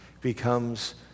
becomes